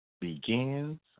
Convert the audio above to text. begins